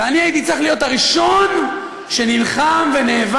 ואני הייתי צריך להיות הראשון שנלחם ונאבק,